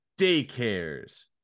daycares